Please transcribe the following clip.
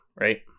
right